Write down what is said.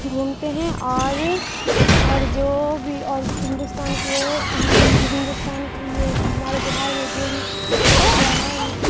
گھومتے ہیں اور اور جو بھی اور ہندوستان کے ہندوستان یہ ہمارے بہار میں جو بھی سا جگہ ہے